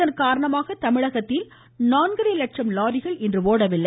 இதன் காரணமாக தமிழகத்தில் நான்கரை லட்சம் லாரிகள் ஓடவில்லை